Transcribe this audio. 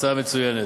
הצעה מצוינת.